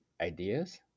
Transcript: ideas